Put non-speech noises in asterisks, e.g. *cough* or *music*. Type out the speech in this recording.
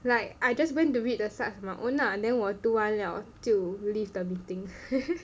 like I just went to read the slides on my own lah then 我读完了就 leave the meeting *laughs*